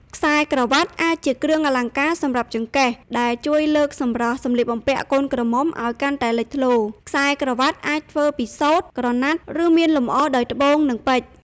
ខ្សែក្រវាត់ អាចជាគ្រឿងអលង្ការសម្រាប់ចង្កេះ ដែលជួយលើកសម្រស់សម្លៀកបំពាក់កូនក្រមុំឲ្យកាន់តែលេចធ្លោ។ ខ្សែក្រវ៉ាត់អាចធ្វើពីសូត្រ ក្រណាត់ ឬមានលម្អដោយត្បូង និងពេជ្រ។